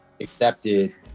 accepted